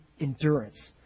endurance